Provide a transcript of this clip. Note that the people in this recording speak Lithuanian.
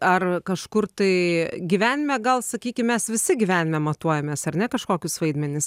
ar kažkur tai gyvenime gal sakykim mes visi gyvenime matuojamės ar ne kažkokius vaidmenis